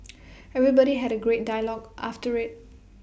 everybody had A great dialogue after IT